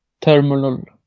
terminal